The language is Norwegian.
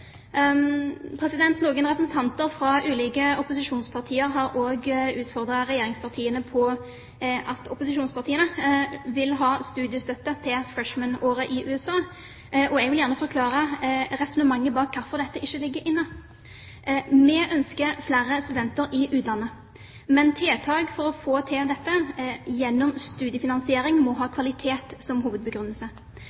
Noen representanter fra ulike opposisjonspartier har også utfordret regjeringspartiene på at de vil ha studiestøtte til freshman-året i USA. Jeg vil gjerne forklare resonnementet bak dette, hvorfor det ikke ligger inne. Vi ønsker flere studenter i utlandet, men tiltak for å få til dette gjennom studiefinansiering må ha